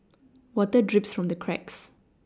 water drips from the cracks